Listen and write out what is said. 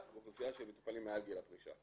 ואוכלוסייה של מטופלים מעל גיל הפרישה.